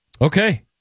Okay